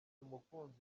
umukunzi